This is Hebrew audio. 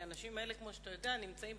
כי כמו שאתה יודע האנשים האלה נמצאים